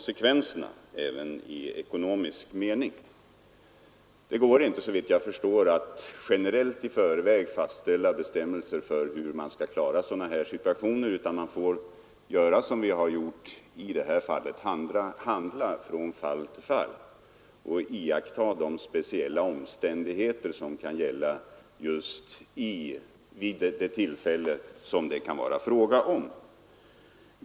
Såvitt jag förstår går det inte att i förväg generellt fastställa bestämmelser för hur man skall klara alla sådana här situationer, utan man får göra som vi gjort här och handla från fall till fall samt iaktta de speciella omständigheter som kan gälla just vid det tillfälle det kan vara fråga om.